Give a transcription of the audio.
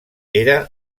era